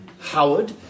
Howard